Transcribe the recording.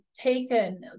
taken